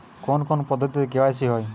কোন কোন পদ্ধতিতে কে.ওয়াই.সি হয়?